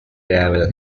gravel